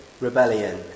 rebellion